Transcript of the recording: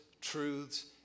truths